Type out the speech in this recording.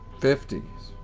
fifties.